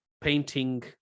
painting